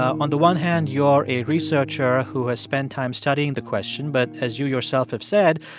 on the one hand, you are a researcher who has spent time studying the question. but as you yourself have said,